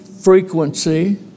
frequency